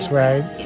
right